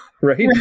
Right